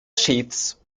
sheaths